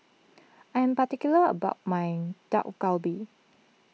I am particular about my Dak Galbi